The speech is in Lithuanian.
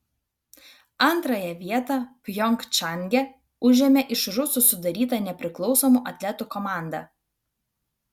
antrąją vietą pjongčange užėmė iš rusų sudaryta nepriklausomų atletų komanda